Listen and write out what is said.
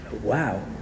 Wow